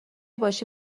باشی